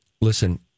Listen